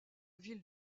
ville